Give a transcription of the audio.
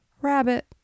Rabbit